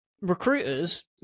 Recruiters